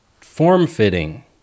form-fitting